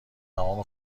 تمام